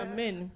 Amen